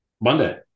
Monday